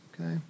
okay